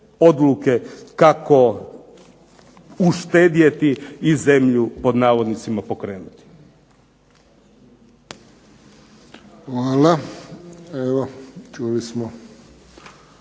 kako uštedjeti i zemlju pod navodnicima pokrenuti. **Friščić, Josip